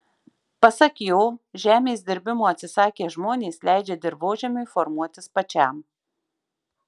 pasak jo žemės dirbimo atsisakę žmonės leidžia dirvožemiui formuotis pačiam